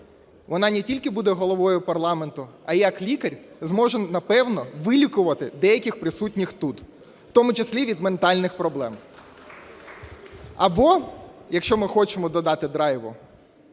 Вона не тільки буде Головою парламенту, а як лікар зможе, напевно, вилікувати деяких присутніх тут, у тому числі від ментальних проблем. Або, якщо ми хочемо додати драйву,